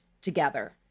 together